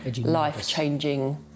life-changing